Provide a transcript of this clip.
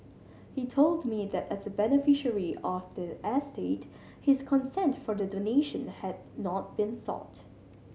he told me that as a beneficiary of the estate his consent for the donation had not been sought